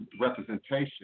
representation